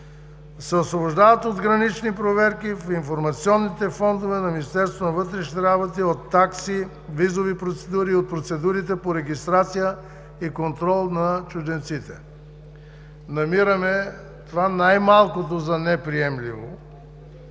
освобождават от гранични проверки в информационните фондове на Министерството на вътрешните работи, от такси, визови процедури и от процедурите по регистрация и контрол на чужденците. Намираме това най-малкото за неприемливо,